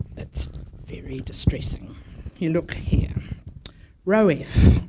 it's very distressing you look here row f